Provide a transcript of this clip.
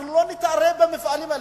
אנחנו לא נתערב במפעלים.